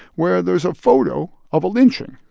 where there's a photo of a lynching.